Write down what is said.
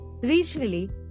Regionally